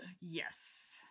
Yes